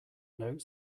note